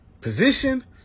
position